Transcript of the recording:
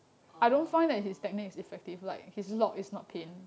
oh